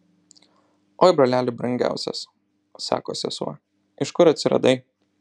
oi broleli brangiausias sako sesuo iš kur atsiradai